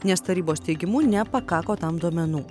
nes tarybos teigimu nepakako tam duomenų